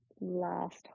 last